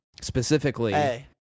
Specifically